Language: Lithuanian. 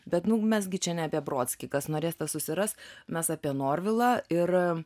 bet mes gi čia ne apie brodskį kas norės tas susiras mes apie norvilą ir